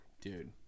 Dude